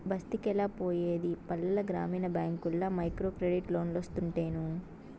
బస్తికెలా పోయేది పల్లెల గ్రామీణ బ్యాంకుల్ల మైక్రోక్రెడిట్ లోన్లోస్తుంటేను